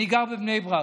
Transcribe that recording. אני גר בבני ברק,